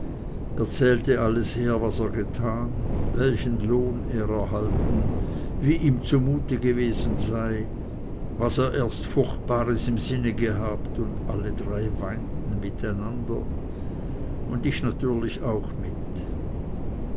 zählte alles her was er getan welchen lohn er erhalten wie ihm zumute gewesen sei was er erst furchtbares im sinn gehabt und alle drei weinten miteinander und ich natürlich auch mit